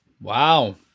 Wow